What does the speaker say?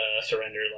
surrender